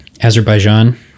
Azerbaijan